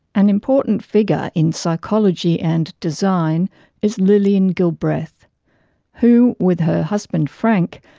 an important figure in psychology and design is lillian gilbreth who, with her husband frank,